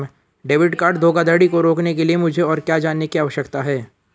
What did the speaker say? Debit card धोखाधड़ी को रोकने के लिए मुझे और क्या जानने की आवश्यकता है?